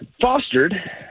fostered